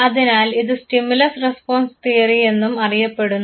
അതിനാൽ ഇത് stimulus response theory എന്നും അറിയപ്പെടുന്നു